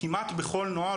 כמעט בכל נוהל,